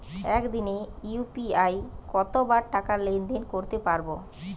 একদিনে ইউ.পি.আই কতবার টাকা লেনদেন করতে পারব?